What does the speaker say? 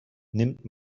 nimmt